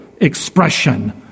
expression